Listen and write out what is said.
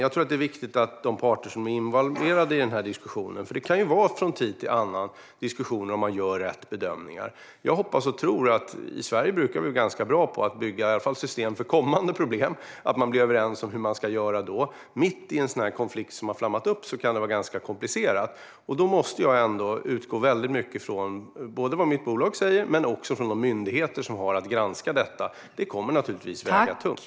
Jag tror att den är viktig för de parter som är involverade i den här diskussionen. Det kan ju från tid till annan uppstå diskussioner om man gör rätt bedömningar. I Sverige brukar vi vara ganska bra på att bygga system i alla fall för kommande problem, så att man är överens om hur man ska göra då. Mitt i en sådan här konflikt som har flammat upp kan det vara ganska komplicerat, och då måste jag utgå mycket från vad mitt bolag säger men också från de myndigheter som har att granska detta. Det kommer naturligtvis att väga tungt.